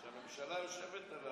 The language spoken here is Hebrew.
שהממשלה יושבת עליו,